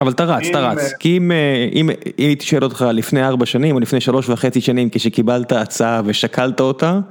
אבל אתה רץ, אתה רץ, כי אם הייתי שואל אותך לפני ארבע שנים, או לפני שלוש וחצי שנים כשקיבלת הצעה ושקלת אותה...